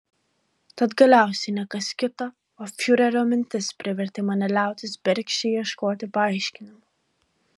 tad galiausiai ne kas kita o fiurerio mintis privertė mane liautis bergždžiai ieškoti paaiškinimų